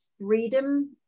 freedom